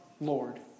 Lord